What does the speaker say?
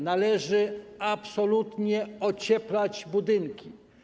Należy absolutnie ocieplać budynki.